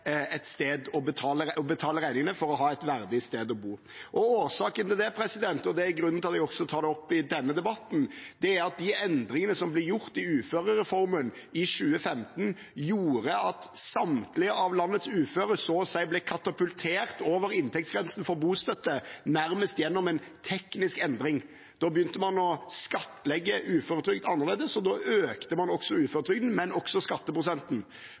å betale regningene for å ha et verdig sted å bo. Årsaken til det – og dette er også grunnen til at jeg tar det opp i denne debatten – er at de endringene som ble gjort i forbindelse med uførereformen i 2015, gjorde at samtlige av landets uføre så å si ble katapultert over inntektsgrensen for bostøtte gjennom det som nærmest var en teknisk endring. Da begynte man å skattlegge uføretrygd annerledes, og da økte man ikke bare uføretrygden, men også skatteprosenten.